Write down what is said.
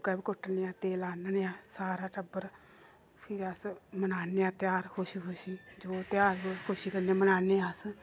भुग्गा बी कुट्टने आं तेल आह्नने आं सारा टब्बर फिर अस मनाने आं ध्यार खुशी खुशी जो ध्यार होऐ खुशी कन्नै मनाने अस